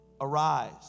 Arise